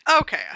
Okay